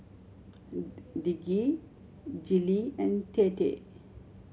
Lige Gillie and Tate